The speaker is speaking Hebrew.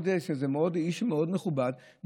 שזה איש מאוד מכובד,